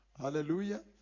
Hallelujah